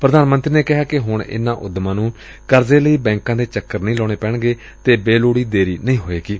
ਪ੍ਰਧਾਨ ਮੰਤਰੀ ਨੇ ਕਿਹਾ ਕਿ ਹੁਣ ਇਨੂਾਂ ਉੱਦਮਾਂ ਨੂੰ ਕਰਜ਼ੇ ਲਈ ਬੈਂਕਾਂ ਦੇ ਚੱਕਰ ਨਹੀਂ ਲਾਉਣੇ ਪੈਣਗੇ ਅਤੇ ਬੇਲੋੜੀ ਦੇਰੀ ਨਹੀਂ ਹੋਵੇਗੀ